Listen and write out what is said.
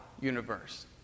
universe